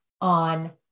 on